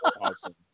Awesome